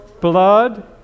blood